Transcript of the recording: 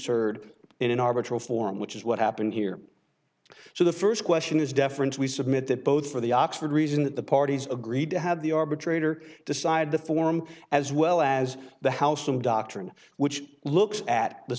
surd in an arbitrary form which is what happened here so the first question is deference we submit that both for the oxford reason that the parties agreed to have the arbitrator decide the form as well as the how some doctrine which looks at the